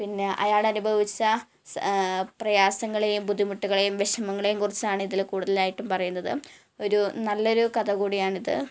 പിന്നെ അയാൾ അനുഭവിച്ച പ്രയാസങ്ങളും ബുദ്ധിമുട്ടുകളും വിഷമങ്ങളും കുറിച്ചാണ് ഇതിൽ കൂടുതലായിട്ട് പറയുന്നത് ഒരു നല്ല ഒരു കഥ കൂടിയാണ് ഇത്